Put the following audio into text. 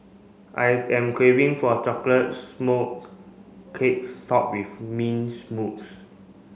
I am craving for a chocolate smoke cake topped with mints mousse